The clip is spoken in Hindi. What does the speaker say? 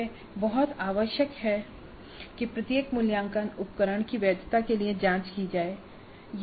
यह बहुत आवश्यक है कि प्रत्येक मूल्यांकन उपकरण की वैधता के लिए जाँच की जाए